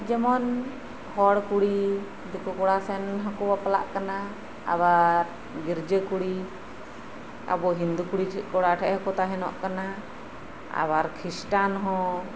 ᱡᱮᱢᱚᱱ ᱦᱚᱲ ᱠᱩᱲᱤ ᱫᱤᱠᱩ ᱠᱟᱲᱟ ᱥᱮᱱ ᱦᱚᱠᱚ ᱵᱟᱯᱞᱟᱜ ᱠᱟᱱᱟ ᱟᱵᱟᱨ ᱜᱤᱨᱡᱟᱹ ᱠᱩᱲᱤ ᱟᱵᱚ ᱦᱤᱱᱫᱩ ᱠᱩᱲᱤ ᱠᱚᱲᱟ ᱴᱷᱮᱱ ᱦᱚᱠᱚ ᱛᱟᱦᱮᱸᱱᱚᱜ ᱠᱟᱱᱟ ᱟᱵᱟᱨ ᱠᱷᱨᱤᱥᱴᱟᱱ ᱦᱚᱸ